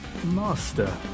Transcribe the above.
Master